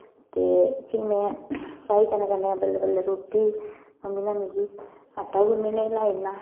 ते फ्ही में चाही कन्नै कन्नै बल्लै बल्लै रुट्टी मम्मी ने मिगी आटा गुनन्ने गी लाई ओड़ना